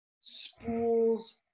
spools